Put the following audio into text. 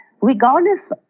regardless